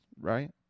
right